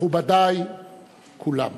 מכובדי כולם,